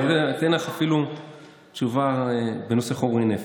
אני אתן לך אפילו תשובה בנושא חומרי נפץ.